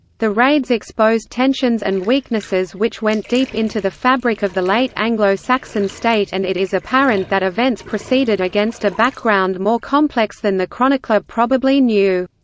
the raids exposed tensions and weaknesses which went deep into the fabric of the late anglo-saxon state and it is apparent that events proceeded against a background more complex than the chronicler probably knew.